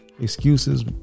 excuses